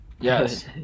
Yes